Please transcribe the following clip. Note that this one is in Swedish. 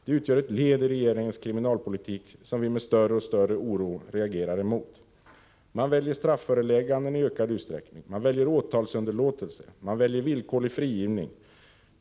Det utgör ett led i regeringens kriminalpolitik, som vi med större och större oro reagerar emot. Man väljer strafförelägganden i ökad utsträckning. Man väljer åtalsunderlåtelser. Man väljer villkorlig frigivning.